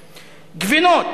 גבינות,